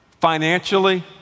financially